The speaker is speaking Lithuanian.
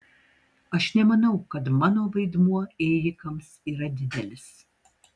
aš nemanau kad mano vaidmuo ėjikams yra didelis